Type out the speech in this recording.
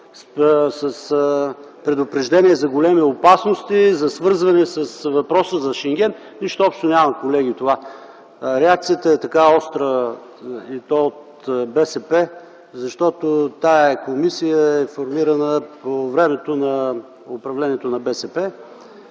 с предупреждения за големи опасности, за свързване с въпроса за Шенген. Нищо общо няма това, колеги! Реакцията е така остра, и то от страна на БСП, защото тази комисия е формирана по времето на управлението на БСП,